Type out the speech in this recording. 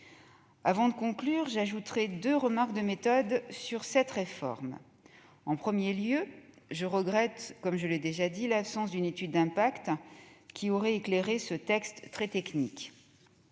Avant de conclure, j'ajouterai deux remarques de méthode sur cette réforme. En premier lieu, je regrette, comme je l'ai déjà dit, l'absence d'une étude d'impact qui aurait éclairé ce texte très technique.